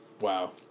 Wow